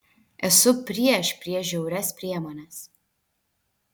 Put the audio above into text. esu prieš prieš žiaurias priemones